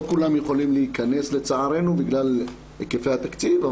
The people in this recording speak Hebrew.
לא כולם יכולים להיכנס לצערנו בגלל הקיפי התקציב.